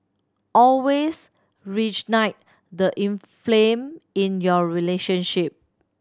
always the inflame in your relationship